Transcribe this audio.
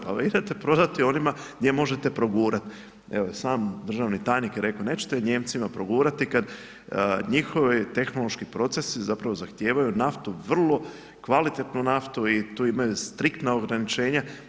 Pa vi idete prodati onima gdje možete progurat, evo i sam državni tajnik je rekao, nećete Nijemcima progurati kad njihovi tehnološki procesi zahtijevaju naftu vrlo kvalitetnu naftu i tu imaju striktna ograničenja.